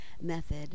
method